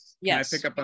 Yes